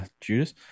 Judas